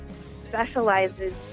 specializes